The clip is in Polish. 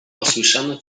posłyszano